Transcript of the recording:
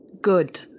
Good